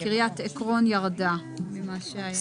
וקריית עקרון ירד ממה שהיה.